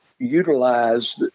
utilize